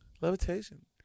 levitation